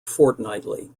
fortnightly